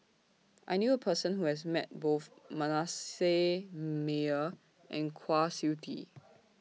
I knew A Person Who has Met Both Manasseh Meyer and Kwa Siew Tee